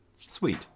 Sweet